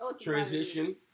Transition